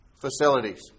facilities